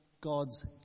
God's